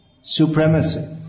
supremacy